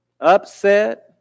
upset